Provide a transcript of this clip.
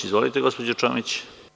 Izvolite gospođo Čomić.